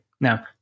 Now